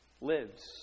lives